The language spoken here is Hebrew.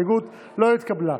הציונות הדתית לפני סעיף 1 לא נתקבלה.